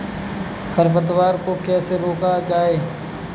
खरपतवार को कैसे रोका जाए?